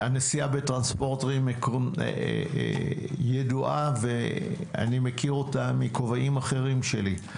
הנסיעה בטרנספורטים ידועה ואני מכיר אותה מכובעים אחרים שלי.